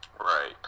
Right